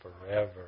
forever